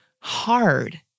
hard